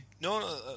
No